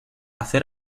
hacer